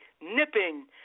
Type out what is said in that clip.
nipping